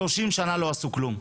שלושים שנה לא עשו כלום.